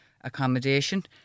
accommodation